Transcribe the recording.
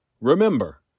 Remember